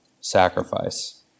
sacrifice